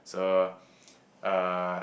so uh